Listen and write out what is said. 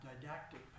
didactic